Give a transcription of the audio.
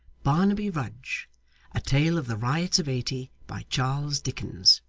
barnaby rudge a tale of the riots of eighty by charles dickens